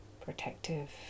protective